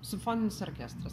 simfoninis orkestras